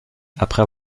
après